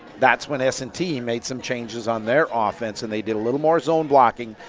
that's when s and t made some changes on their offense and they did a little more zone blocking.